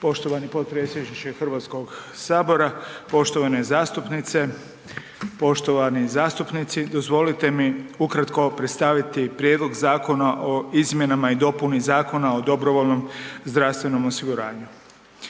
Poštovani potpredsjedniče HS-a, poštovani zastupnice, poštovani zastupnici. Dozvolite mi ukratko predstaviti Prijedlog zakona o izmjenama i dopuni Zakona o dobrovoljnom zdravstvenom osiguranju.